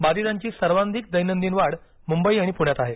बंधितांची सर्वाधिक दैनंदिन वाढ मुंबई आणि पुण्यात आहे